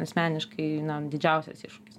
asmeniškai na didžiausias iššūkis